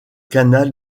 canal